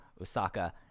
Osaka